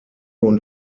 und